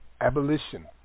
Abolition